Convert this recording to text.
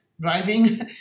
driving